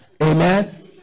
Amen